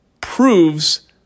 proves